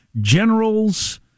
Generals